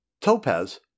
Topaz